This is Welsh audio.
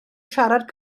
siarad